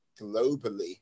globally